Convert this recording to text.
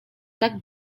tak